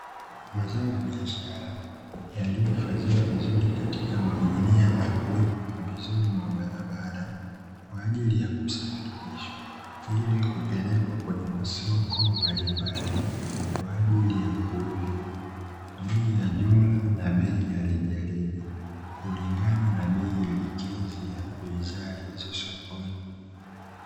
Mazao ya bishara, yaliyohifadhiwa vizuri katika magunia na kuwekwa pembezoni mwa barabara kwa ajili ya kusafirishwa, ili kupelekwa kwenye masoko mbalimbali kwa ajili ya kuuzwa kwa bei ya jumla na bei ya rejareja, kulingana na bei elekezi ya bidhaa hizo. sokoni